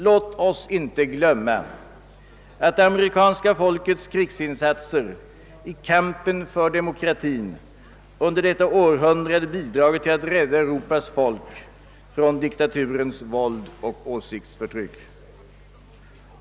Låt oss inte glömma att det ameri kanska folkets krigsinsatser i kampen för demokratin under detta århundrade bidragit till att rädda Europas folk från diktaturens våld och åsiktsförtryck.